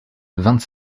vingt